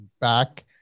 back